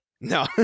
no